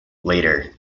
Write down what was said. later